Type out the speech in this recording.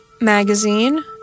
Magazine